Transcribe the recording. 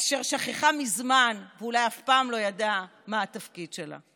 אשר שכחה מזמן ואולי אף פעם לא ידעה מה התפקיד שלה.